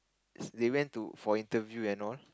is they went to for interview and all